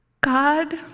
God